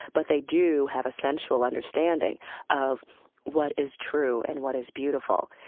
but they do have essential understanding of what is true, and what is beautiful,